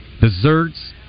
desserts